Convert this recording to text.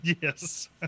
yes